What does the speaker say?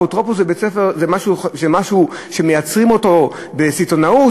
אפוטרופוס זה משהו שמייצרים אותו בסיטונאות?